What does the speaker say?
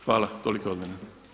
Hvala toliko od mene.